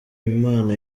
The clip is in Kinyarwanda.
impano